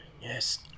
yes